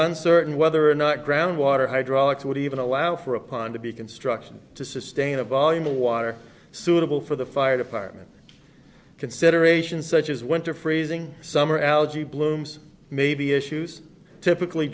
uncertain whether or not ground water hydraulics would even allow for a pond to be construction to sustain a volume of water suitable for the fire department considerations such as went to freezing summer algae blooms maybe issues typically